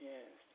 Yes